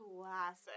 classic